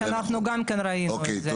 שאנחנו גם כאן ראינו את זה.